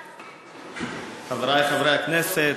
חברי חברי הכנסת,